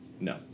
No